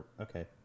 okay